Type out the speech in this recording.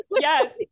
Yes